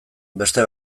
beste